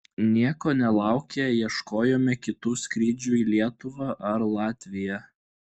nieko nelaukę ieškojome kitų skrydžių į lietuvą ar latviją